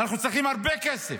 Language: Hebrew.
ואנחנו צריכים הרבה כסף.